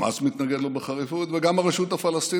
חמאס מתנגד לו בחריפות וגם הרשות הפלסטינית,